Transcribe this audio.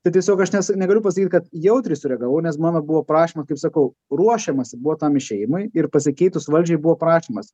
tai tiesiog aš nes negaliu pasakyt kad jautriai sureagavau nes mano buvo prašymas kaip sakau ruošiamasi buvo tam išėjimui ir pasikeitus valdžiai buvo prašymas